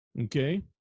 Okay